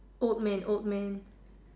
old man old man